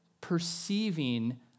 perceiving